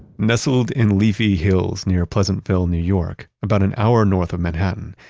nestled in leafy hills near pleasantville, new york, about an hour north of manhattan,